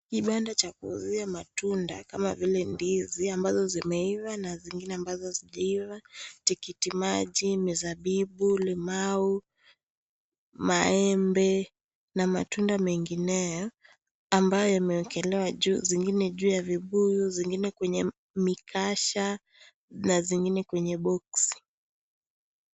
Kibanda cha kuuzia matunda kama vile ndizi ambazo zimeiva na zingine ambazo hazijaiva, tikiti maji, mizabibu, limau, maembe na matunda mengineo ambayo yamewekelewa juu zingine juu ya vibuyu, zingine mikasha na zingine kwenye boxi .